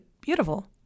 beautiful